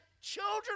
children